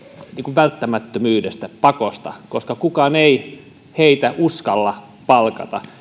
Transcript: välttämättömyydestä pakosta koska kukaan ei heitä uskalla palkata